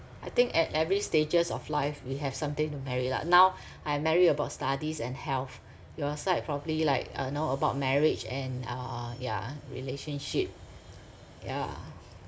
I think at every stages of life we have something to marry lah now I marry about studies and health your side probably like uh know about marriage and uh yeah relationship yeah